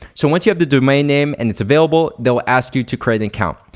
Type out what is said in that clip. so once you have the domain name and it's available they'll ask you to create an account.